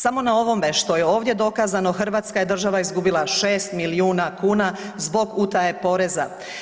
Samo na ovome što je ovdje dokazano, hrvatska je država izgubila 6 milijuna kuna zbog utaje poreza.